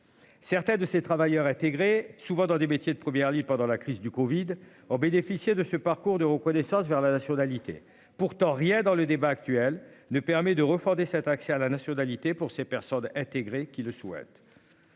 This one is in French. Certains de ces travailleurs. Souvent dans des métiers de Première Live pendant la crise du Covid ont bénéficié de ce parcours de reconnaissance vers la nationalité pourtant rien dans le débat actuel ne permet de refonder cet accès à la nationalité pour ces personnes intégrées qu'qui le soit.